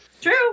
true